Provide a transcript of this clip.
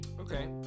Okay